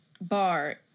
bar